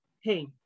hey